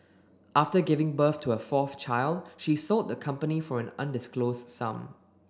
after giving birth to her fourth child she sold the company for an undisclosed sum